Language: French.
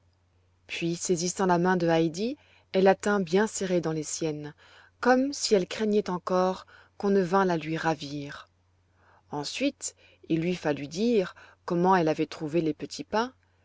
puis saisissant la main de heidi elle la tint bien serrée dans les siennes comme si elle craignait encore qu'on ne vînt la lui ravir ensuite il lui fallut dire comment elle avait trouvé les petits pains